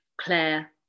Claire